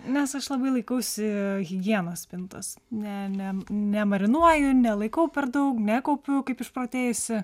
nes aš labai laikausi higienos spintos ne ne nemarinuoju nelaikau per daug nekaupiu kaip išprotėjusi